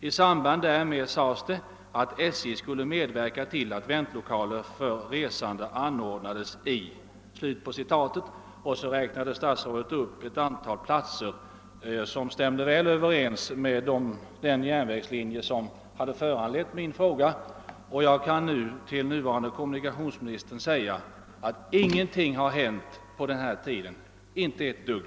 I samband därmed sades det att SJ skulle medverka till att väntlokaler för resande anordnades i ———>» Därefter räknade statsrådet upp ett antal platser som stämde väl överens med stationerna utefter den järnvägslinje vars nedläggning föranlett min fråga. Jag kan nu säga till nuvarande kommunikationsministern = att ingenting har hänt på den här tiden — inte ett dugg.